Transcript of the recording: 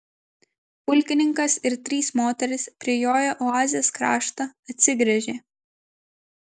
pulkininkas ir trys moterys prijoję oazės kraštą atsigręžė